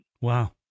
Wow